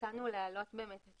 הצענו להעלות אם